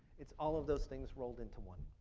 it's all of those things rolled into one.